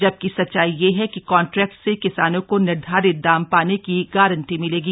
जबकि सच्चाई यह है कि कॉन्ट्रैक्ट से किसानों को निर्धारित दाम पाने की गारंटी मिलेगी